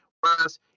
Whereas